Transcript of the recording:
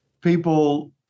people